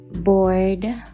bored